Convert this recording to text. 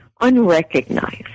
unrecognized